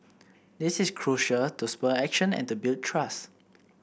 this is crucial to spur action and to build trust